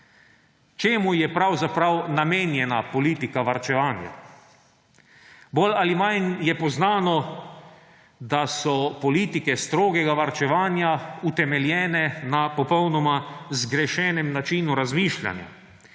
Čemu je pravzaprav namenjena politika varčevanja? Bolj ali manj je poznano, da so politike strogega varčevanja utemeljene na popolnoma zgrešenem načinu razmišljanja